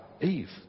Eve